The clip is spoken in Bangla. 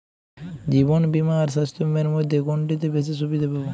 জীবন বীমা আর স্বাস্থ্য বীমার মধ্যে কোনটিতে বেশী সুবিধে পাব?